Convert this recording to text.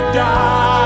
die